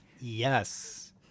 Yes